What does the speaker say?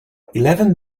eleven